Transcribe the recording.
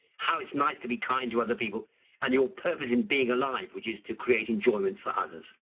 how it's nice to be kind to other people and your purpose in being alive, which is to create enjoyment for others.